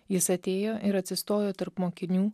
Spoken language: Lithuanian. jis atėjo ir atsistojo tarp mokinių